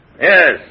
Yes